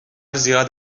زیاد